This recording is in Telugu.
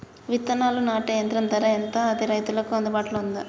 విత్తనాలు నాటే యంత్రం ధర ఎంత అది రైతులకు అందుబాటులో ఉందా?